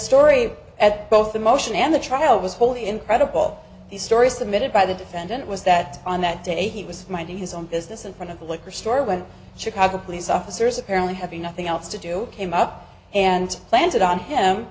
story at both the motion and the trial was wholly incredible the story submitted by the defendant was that on that day he was minding his own business in front of the liquor store when chicago police officers apparently having nothing else to do came up and planted on him